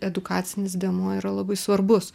edukacinis dėmuo yra labai svarbus